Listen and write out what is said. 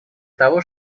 того